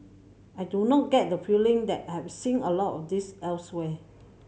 I do not get the feeling that I have seen a lot of this elsewhere